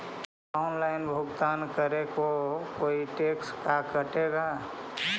Online भुगतान करे को कोई टैक्स का कटेगा?